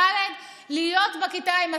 ד' להיות בכיתה עם מסכה.